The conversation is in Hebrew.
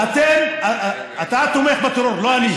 אתה תומך בטרור, לא אני.